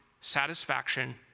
satisfaction